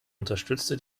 unterstütze